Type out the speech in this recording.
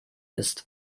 ist